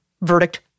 Verdict